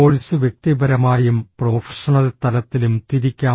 course വ്യക്തിപരമായും professional തലത്തിലും തിരിക്കാം